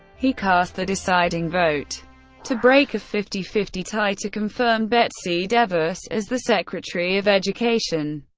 he cast the deciding vote to break a fifty fifty tie to confirm betsy devos as the secretary of education.